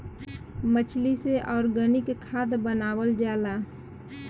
मछली से ऑर्गनिक खाद्य बनावल जाला